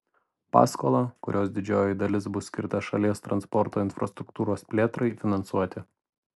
paskolą kurios didžioji dalis bus skirta šalies transporto infrastruktūros plėtrai finansuoti